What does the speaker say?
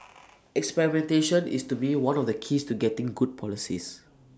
experimentation is to me one of the keys to getting good policies